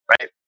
Right